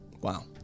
Wow